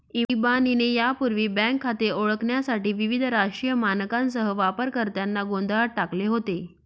इबानीने यापूर्वी बँक खाते ओळखण्यासाठी विविध राष्ट्रीय मानकांसह वापरकर्त्यांना गोंधळात टाकले होते